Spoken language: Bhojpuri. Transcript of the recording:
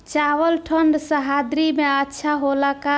चावल ठंढ सह्याद्री में अच्छा होला का?